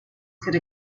could